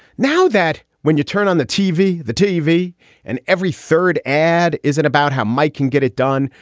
now that when you turn on the tv, the tv and every third ad isn't about how mike can get it done.